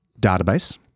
database